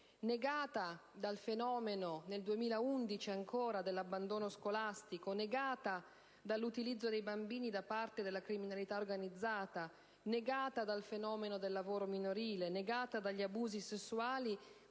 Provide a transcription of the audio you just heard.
negata dal fenomeno, ancora nel 2011, dell'abbandono scolastico; negata dall'utilizzo dei bambini da parte della criminalità organizzata; negata dal fenomeno del lavoro minorile; negata dagli abusi sessuali